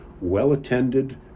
well-attended